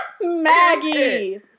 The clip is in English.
Maggie